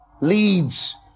leads